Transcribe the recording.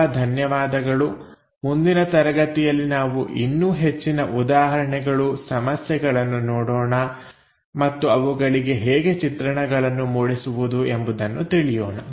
ತುಂಬಾ ಧನ್ಯವಾದಗಳು ಮುಂದಿನ ತರಗತಿಯಲ್ಲಿ ನಾವು ಇನ್ನು ಹೆಚ್ಚಿನ ಉದಾಹರಣೆಗಳು ಸಮಸ್ಯೆಗಳನ್ನು ನೋಡೋಣ ಮತ್ತು ಅವುಗಳಿಗೆ ಹೇಗೆ ಚಿತ್ರಣಗಳನ್ನು ಮೂಡಿಸುವುದು ಎಂಬುದನ್ನು ತಿಳಿಯೋಣ